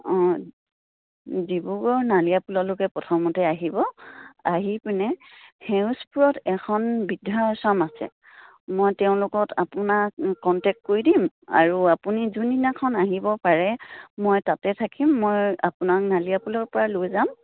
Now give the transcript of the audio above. অঁ ডিব্ৰুগড় নালীয়াপুললৈকে প্ৰথমতে আহিব আহি পিনে সেউজপুৰত এখন বৃদ্ধাশ্ৰম আছে মই তেওঁ লগত আপোনাক কণ্টেক্ট কৰি দিম আৰু আপুনি যোনদিনাখন আহিব পাৰে মই তাতে থাকিম মই আপোনাক নালীয়াপুলৰপৰা লৈ যাম